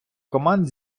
команд